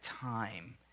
time